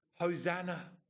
hosanna